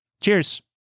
Cheers